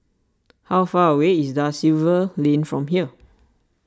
how far away is Da Silva Lane from here